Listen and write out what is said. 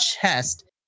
chest